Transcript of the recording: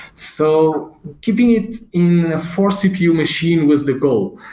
so keeping it in a four cpu machine was the goal,